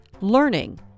learning